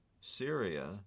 Syria